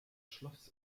schloss